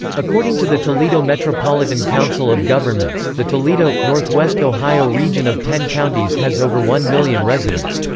according to the toledo metropolitan council of governments, the toledo northwest ohio region of ten counties has over one million residents.